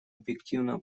объективного